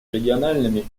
региональными